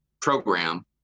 program